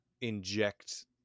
inject